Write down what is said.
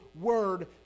word